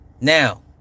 now